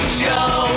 show